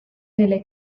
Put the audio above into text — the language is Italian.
nelle